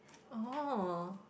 oh